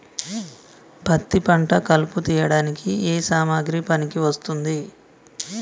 పత్తి పంట కలుపు తీయడానికి ఏ సామాగ్రి పనికి వస్తుంది?